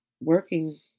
working